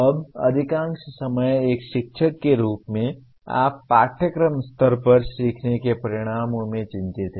अब अधिकांश समय एक शिक्षक के रूप में आप पाठ्यक्रम स्तर पर सीखने के परिणामों से चिंतित हैं